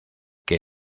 que